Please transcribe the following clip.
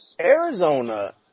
Arizona